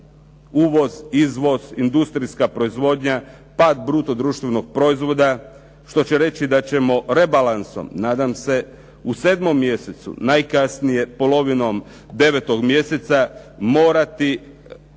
uvoz, izvoz, industrijska proizvodnja, pad bruto društvenog proizvoda, što će reći da ćemo rebalansom nadam se u 7. mjesecu, najkasnije polovinom 9. mjeseca morati